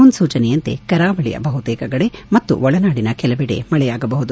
ಮುನ್ನೂಚನೆಯಂತೆ ಕರಾವಳಿಯ ಬಹುತೇಕ ಕಡೆ ಮತ್ತು ಒಳನಾಡಿನ ಕೆಲವೆಡೆ ಮಳೆಯಾಗಬಹುದು